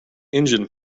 engine